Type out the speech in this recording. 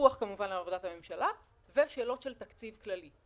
כמובן פיקוח על עבודת הממשלה ושאלות של תקציב כללי.